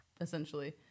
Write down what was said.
essentially